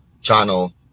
Channel